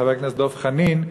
חבר הכנסת דב חנין,